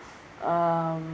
um